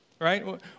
Right